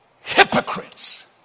hypocrites